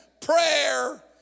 prayer